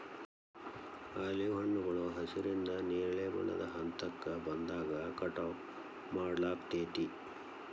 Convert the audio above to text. olive ಹಣ್ಣುಗಳು ಹಸಿರಿನಿಂದ ನೇರಳೆ ಬಣ್ಣದ ಹಂತಕ್ಕ ಬಂದಾಗ ಕಟಾವ್ ಮಾಡ್ಲಾಗ್ತೇತಿ